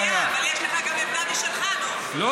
אין בעיה, אבל יש לך גם עמדה משלך, לא?